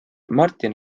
martin